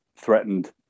threatened